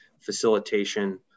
facilitation